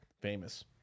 Famous